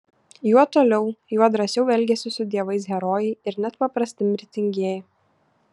juo toliau juo drąsiau elgiasi su dievais herojai ir net paprasti mirtingieji